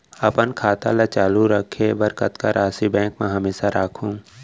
अपन खाता ल चालू रखे बर कतका राशि बैंक म हमेशा राखहूँ?